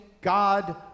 God